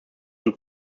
und